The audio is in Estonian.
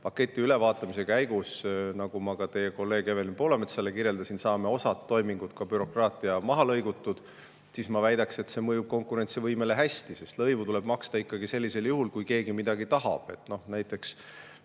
paketi ülevaatamise käigus saame, nagu ma ka teie kolleegile Evelin Poolametsale kirjeldasin, osa toimingute puhul bürokraatia maha lõigatud, siis ma väidaksin, et see mõjub konkurentsivõimele hästi. Sest lõivu tuleb maksta ikkagi sellisel juhul, kui keegi midagi tahab. Ma ei hakka